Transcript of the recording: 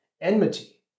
enmity